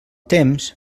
temps